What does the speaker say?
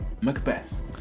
Macbeth